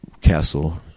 Castle